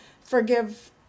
forgive